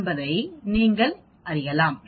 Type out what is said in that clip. என்பதை நீங்கள் பார்க்கலாம்